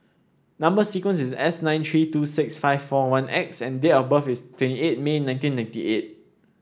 number sequence is S nine three two six five four one X and date of birth is twenty eight May nineteen ninety eight